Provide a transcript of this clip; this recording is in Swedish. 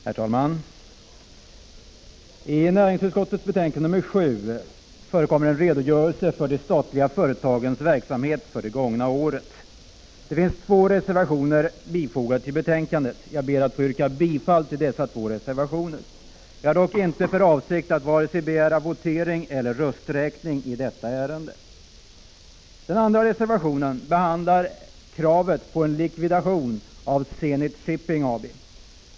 Herr talman! I näringsutskottets betänkande nr 7 förekommer en redogörelse för de statliga företagens verksamhet det gångna året. Det finns två reservationer fogade till betänkandet. Jag ber att få yrka bifall till dessa reservationer. Jag har dock inte för avsikt att vare sig begära votering eller rösträkning i detta ärende. Reservation 2 behandlar kravet på en likvidation av Zenit Shipping AB.